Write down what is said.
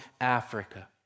Africa